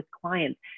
clients